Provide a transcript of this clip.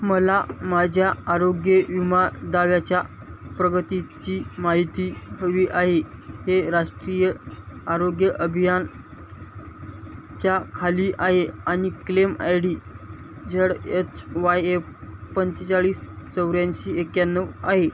मला माझ्या आरोग्य विमा दाव्याच्या प्रगतीची माहिती हवी आहे हे राष्ट्रीय आरोग्य अभियानच्या खाली आहे आणि claim I D Z H Y F पंचेचाळीस चौऱ्याऐंशी एक्याण्णव आहे